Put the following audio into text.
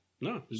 No